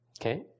Okay